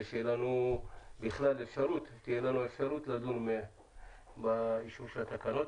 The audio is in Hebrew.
שתהיה לנו בכלל אפשרות לדון באישור התקנות.